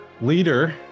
leader